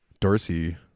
Dorsey